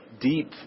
deep